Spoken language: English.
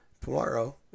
tomorrow